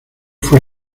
fue